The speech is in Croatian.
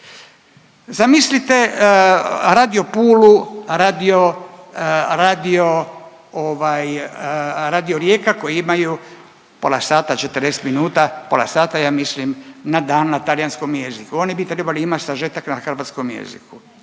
radio, radio ovaj Radio Rijeka koji imaju pola sata, 40 minuta, pola sata ja mislim na dan na talijanskom jeziku oni bi trebali imati sažetak na hrvatskom jeziku,